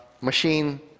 machine